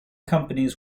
companies